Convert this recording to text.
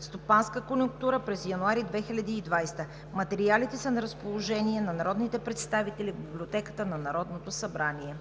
и „Стопанска конюнктура през януари 2020 г.“ Материалите са на разположение на народните представители в Библиотеката на Народното събрание.